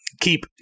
keep